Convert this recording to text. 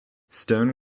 stone